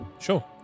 Sure